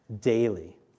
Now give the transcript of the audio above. daily